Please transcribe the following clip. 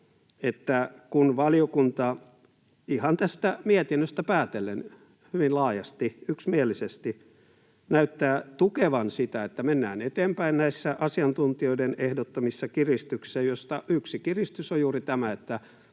että valiokunta ihan tästä mietinnöstä päätellen hyvin laajasti, yksimielisesti näyttää tukevan sitä, että mennään eteenpäin näissä asiantuntijoiden ehdottamissa kiristyksissä, joista yksi kiristys on juuri tämä, että